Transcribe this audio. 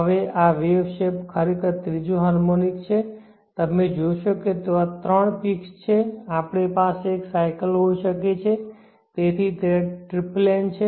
હવે આ wave shape ખરેખર ત્રીજો હાર્મોનિક છે તમે જોશો કે ત્યાં ત્રણ પીક્સ છે આપણી પાસે એક સાયકલ હોઈ શકે છે તેથી તે ટ્રિપ્લેન છે